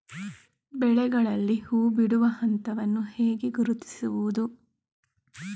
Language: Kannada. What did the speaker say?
ಬೆಳೆಗಳಲ್ಲಿ ಹೂಬಿಡುವ ಹಂತವನ್ನು ಹೇಗೆ ಗುರುತಿಸುವುದು?